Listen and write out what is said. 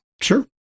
Sure